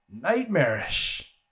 Nightmarish